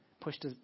pushed